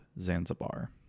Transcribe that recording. Zanzibar